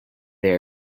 they